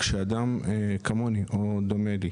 כשעובד של אדם כמוני או שדומה לי,